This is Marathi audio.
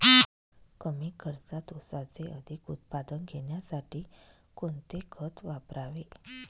कमी खर्चात ऊसाचे अधिक उत्पादन घेण्यासाठी कोणते खत वापरावे?